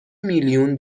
میلیون